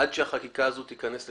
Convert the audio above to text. עד שהחקיקה הזו תיכנס לתוקף,